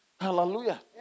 Hallelujah